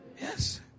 Yes